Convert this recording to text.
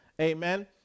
Amen